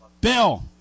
Bill